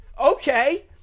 Okay